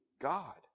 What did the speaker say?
God